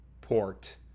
port